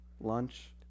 lunch